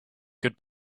good